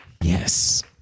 Yes